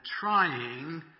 trying